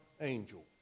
angel